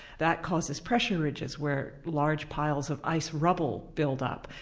that causes pressure ridges, where large piles of ice rubble build up,